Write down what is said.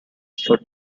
for